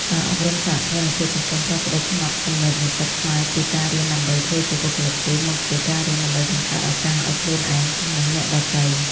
ការអប់រំសហគ្រិនភាពកំពុងផ្លាស់ប្តូរផ្នត់គំនិតនិស្សិតខ្មែរពី "ការរៀនដើម្បីធ្វើជាបុគ្គលិកគេ" មកជា "ការរៀនដើម្បីបង្កើតឱកាសឱ្យខ្លួនឯង និងអ្នកដទៃ"។